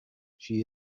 she